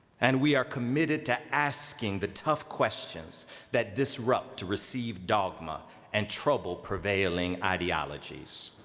and we are committed to asking the tough questions that disrupt to receive dogma and trouble prevailing ideologies.